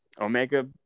Omega